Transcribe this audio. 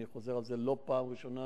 ואני חוזר על זה לא בפעם הראשונה